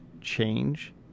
change